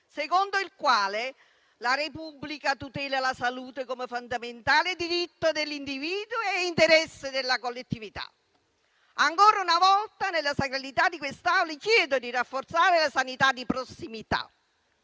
secondo il quale la Repubblica tutela la salute come fondamentale diritto dell'individuo e interesse della collettività. Ancora una volta, nella sacralità di quest'Aula chiedo di rafforzare la sanità di prossimità.